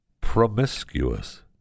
promiscuous